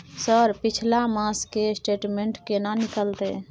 Sir पिछला मास के स्टेटमेंट केना निकलते?